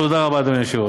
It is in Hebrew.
תודה רבה, אדוני היושב-ראש.